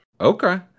Okay